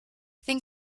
think